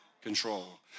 control